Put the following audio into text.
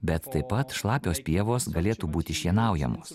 bet taip pat šlapios pievos galėtų būti šienaujamos